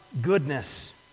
goodness